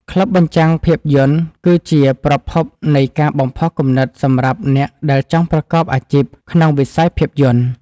ក្លឹបបញ្ចាំងភាពយន្តគឺជាប្រភពនៃការបំផុសគំនិតសម្រាប់អ្នកដែលចង់ប្រកបអាជីពក្នុងវិស័យភាពយន្ត។